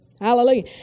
Hallelujah